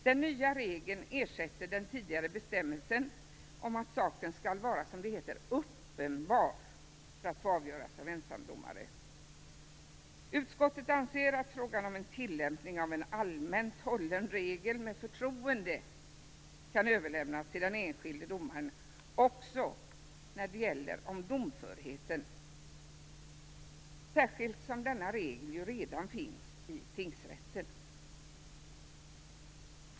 Den nya regeln ersätter den tidigare bestämmelsen om att saken skall vara, som det heter, uppenbar för att få avgöras av ensamdomare. Utskottet anser att frågan om tillämpning av en allmänt hållen regel med förtroende kan överlämnas till den enskilde domaren också när det gäller domförheten, särskilt som denna regel redan finns i tingsrätten.